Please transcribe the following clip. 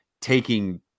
taking